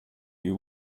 you